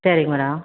சரி மேடம்